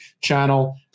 channel